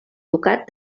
ducat